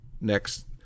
next